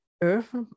earth